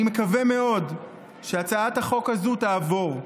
אני מקווה מאוד שהצעת החוק הזאת תעבור.